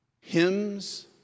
hymns